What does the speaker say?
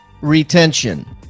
retention